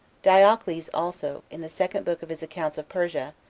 diocles also, in the second book of his accounts of persia,